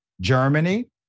Germany